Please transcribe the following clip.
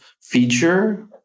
feature